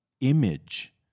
image